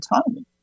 autonomy